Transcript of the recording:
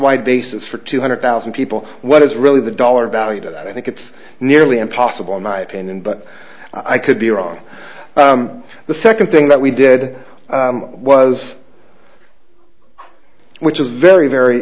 wide basis for two hundred thousand people what is really the dollar value i think it's nearly impossible in my opinion but i could be wrong the second thing that we did was which is very very